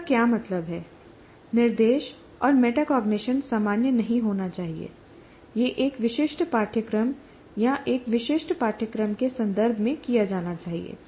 इसका क्या मतलब है निर्देश और मेटाकॉग्निशन सामान्य नहीं होना चाहिए यह एक विशिष्ट पाठ्यक्रम या एक विशिष्ट पाठ्यक्रम के संदर्भ में किया जाना चाहिए